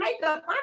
makeup